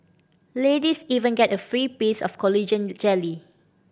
ladies even get a free piece of collagen jelly